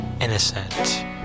innocent